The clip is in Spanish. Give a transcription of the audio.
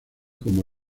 como